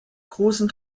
großen